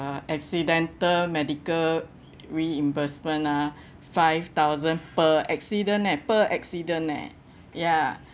uh accidental medical reimbursement ah five thousand per accident eh per accident eh ya